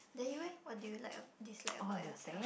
then you eh what do you like or dislike about yourself